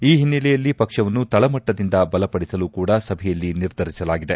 ಈ ಹಿನ್ನೆಲೆಯಲ್ಲಿ ಪಕ್ಷವನ್ನು ತಳಮಟ್ಷದಿಂದ ಬಲಪಡಿಸಲು ಕೂಡ ಸಭೆಯಲ್ಲಿ ನಿರ್ಧರಿಸಲಾಗಿದೆ